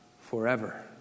forever